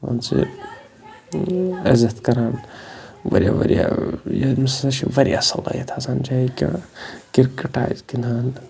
مان ژٕ عزت کَران واریاہ واریاہ ییٚمِس ہَسا چھِ واریاہ صلٲحیت آسان چاہے تہٕ کِرکَٹ آسہِ گِنٛدان